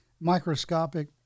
microscopic